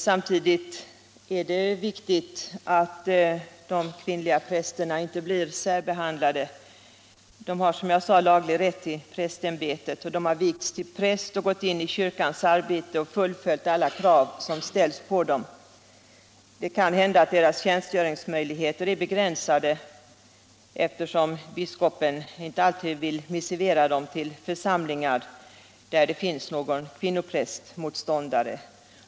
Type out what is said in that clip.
Samtidigt är det viktigt att de kvinnliga prästerna inte blir särbehandlade. De har, som jag sade, laglig rätt till prästämbetet, de har vigts till präst och gått in i kyrkans arbete och fullföljt alla krav som ställts på dem. Men deras tjänstgöringsmöjligheter kan bli begränsade om en biskop inte vill missivera dem till församlingar där det finns någon kvinnoprästmotståndare.